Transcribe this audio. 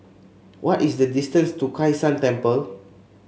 what is the distance to Kai San Temple